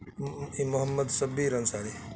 Muhammad Shabbir Ansari